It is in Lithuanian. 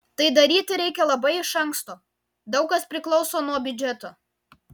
tai daryti reikia labai iš anksto daug kas priklauso nuo biudžeto